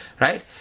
right